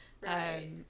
Right